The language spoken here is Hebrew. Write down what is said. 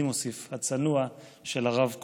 אני מוסיף: הצנוע, של הרב קוק.